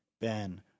Ben